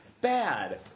Bad